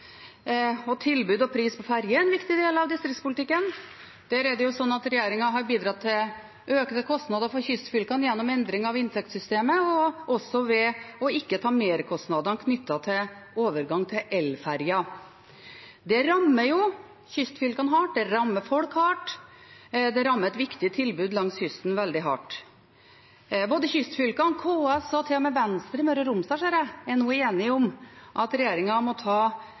Tilbud og pris på ferjer er en viktig del av distriktspolitikken, og der har regjeringen bidratt til økte kostnader for kystfylkene gjennom endring av inntektssystemet og også ved å ikke ta merkostnadene knyttet til overgang til elferjer. Det rammer kystfylkene hardt, det rammer folk hardt, det rammer et viktig tilbud langs kysten veldig hardt. Både kystfylkene, KS og til og med Venstre i Møre og Romsdal – ser jeg – er nå enige om at regjeringen må ta